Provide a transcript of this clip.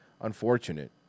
Unfortunate